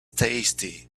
tasty